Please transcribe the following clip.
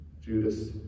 Judas